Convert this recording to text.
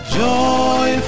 joy